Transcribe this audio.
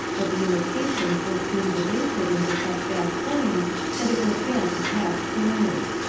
but the imitations will soon debase it into such bad coin that it will fail to pass current.